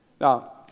Now